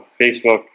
Facebook